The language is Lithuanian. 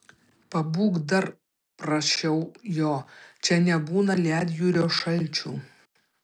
pabūk dar prašiau jo čia nebūna ledjūrio šalčių